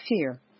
fear